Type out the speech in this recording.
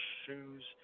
shoes